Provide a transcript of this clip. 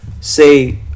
say